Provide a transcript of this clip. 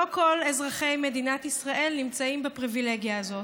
לא לכל אזרחי מדינת ישראל נמצאת הפריבילגיה הזאת.